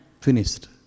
finished